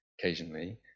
occasionally